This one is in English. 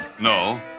No